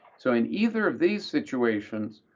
so in either of these situations,